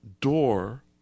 door